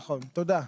נכון, תודה.